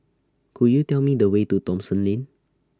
Could YOU Tell Me The Way to Thomson Lane